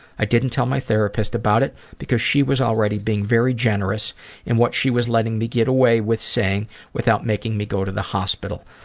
i didn't tell my therapist about it because she was already being very generous in what she was letting me get away with saying without making me go to the hospital.